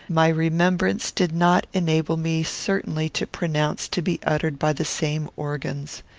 my remembrance did not enable me certainly to pronounce to be uttered by the same organs.